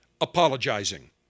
apologizing